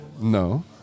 No